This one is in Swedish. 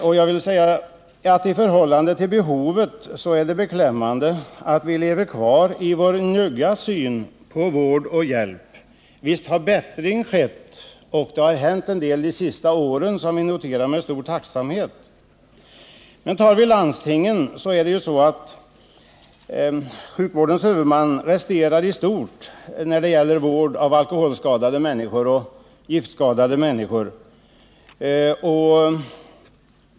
Det är beklämmande att vi lever kvar i vår i förhållande till behovet njugga syn på vård och hjälp. Visst har bättring skett, och det har hänt en del de senaste åren som vi noterar med stor tacksamhet. Men sjukvårdens huvudman, landstingen, resterar i stort när det gäller vård av alkoholoch giftskadade människor.